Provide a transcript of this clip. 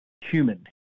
human